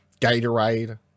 Gatorade